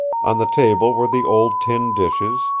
on the table were the old tin dishes,